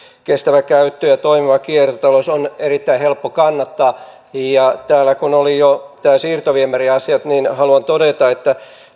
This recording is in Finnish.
kestävä käyttö ja toimiva kiertotalous on erittäin helppo kannattaa täällä kun olivat jo nämä siirtoviemäriasiat niin haluan todeta että